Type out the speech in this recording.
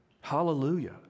Hallelujah